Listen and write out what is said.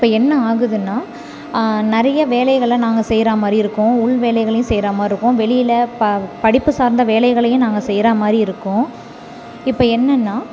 இப்போ என்ன ஆகுதுன்னால் நிறைய வேலைகளை நாங்கள் செய்கிறா மாதிரி இருக்கும் உள் வேலைகளையும் செய்கிறா மாதிரி இருக்கும் வெளியில் ப படிப்பு சார்ந்த வேலைகளையும் நாங்கள் செய்கிறா மாதிரி இருக்கும் இப்போ என்னென்னால்